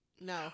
no